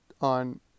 on